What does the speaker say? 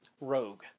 rogue